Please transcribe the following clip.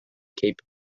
cape